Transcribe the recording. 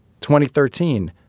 2013